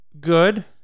good